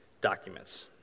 documents